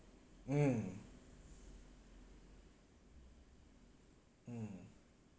mm mm